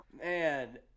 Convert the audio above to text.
Man